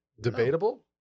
Debatable